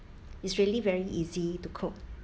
it's really very easy to cook